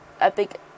epic